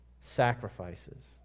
Sacrifices